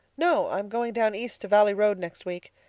no. i'm going down east to valley road next week.